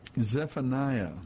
Zephaniah